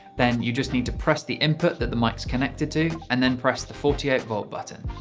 then you just need to press the input that the mic is connected to and then press the forty eight v button.